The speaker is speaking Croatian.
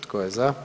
Tko je za?